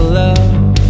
love